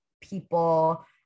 people